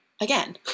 Again